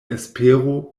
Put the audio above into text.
espero